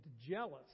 jealous